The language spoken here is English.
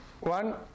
One